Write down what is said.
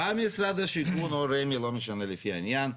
בא משרד השיכון או רמ"י, לא משנה, לפי העניין.